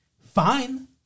fine